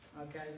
okay